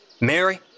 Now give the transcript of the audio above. Mary